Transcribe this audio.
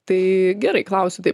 tai gerai klausiu taip